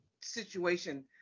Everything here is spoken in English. situation